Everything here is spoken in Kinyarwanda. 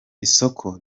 isoko